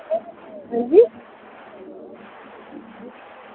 हां जी